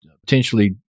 potentially